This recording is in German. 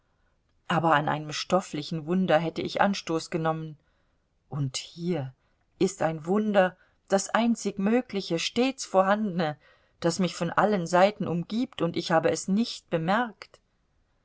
aber an einem stofflichen wunder hätte ich anstoß genommen und hier ist ein wunder das einzig mögliche stets vorhandene das mich von allen seiten umgibt und ich habe es nicht bemerkt